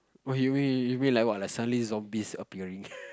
okay wait wait wait like what suddenly zombies appearing